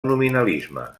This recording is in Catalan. nominalisme